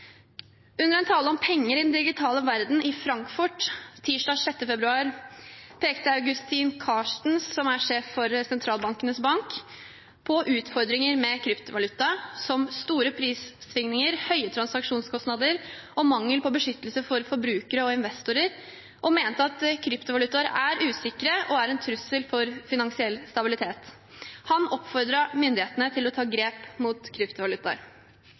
Under en tale om penger i den digitale verden i Frankfurt tirsdag 6. februar pekte Agustín Carstens, som er sjef for sentralbankenes bank, på utfordringer med kryptovaluta, som store prissvingninger, høye transaksjonskostnader og mangel på beskyttelse for forbrukere og investorer, og mente at kryptovaluter er usikre og en trussel for finansiell stabilitet. Han oppfordret myndighetene til å ta grep mot